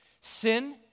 sin